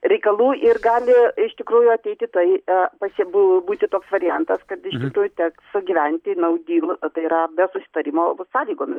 reikalų ir gali iš tikrųjų ateiti tai pasibu būti toks variantas kad iš tikrųjų teks gyventi no deal tai yra be susitarimo sąlygomis